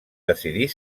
decidir